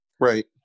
Right